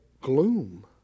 gloom